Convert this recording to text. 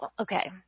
okay